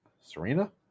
Serena